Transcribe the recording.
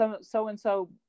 so-and-so